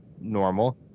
normal